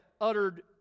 Uttered